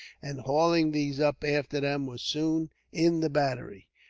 and, hauling these up after them, were soon in the battery,